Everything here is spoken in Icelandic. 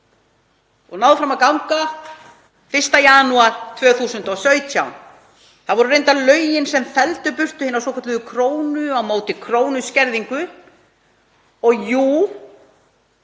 og náð fram að ganga 1. janúar 2017. Það voru reyndar lögin sem felldu burt hina svokölluðu krónu á móti krónu skerðingu. Og jú,